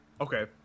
Okay